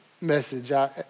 Message